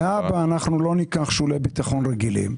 להבא, אנחנו לא ניקח שולי ביטחון רגילים.